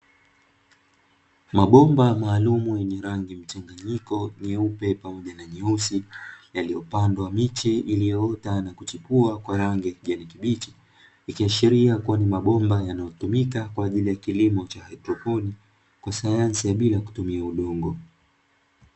Mabomba maalumu yenye rangi mchanganyiko nyeupe, pamoja na nyeusi yaliyopandwa miche iliyoota na kuchipua kwa rangi ya kijani kibichi, ikiashiria kuwa ni mabomba yanayotumika kwa ajili ya kilimo cha haidroponi kwa sayansi ya bila kutumia udongo.